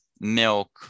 milk